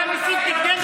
אתה מסית נגדנו.